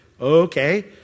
Okay